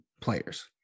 players